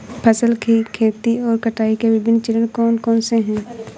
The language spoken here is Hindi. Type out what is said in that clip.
फसल की खेती और कटाई के विभिन्न चरण कौन कौनसे हैं?